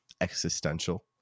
existential